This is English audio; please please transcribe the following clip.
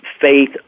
Faith